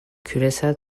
küresel